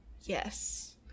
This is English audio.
Yes